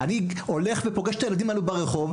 אני הולך ופוגש את הילדים האלה ברחוב,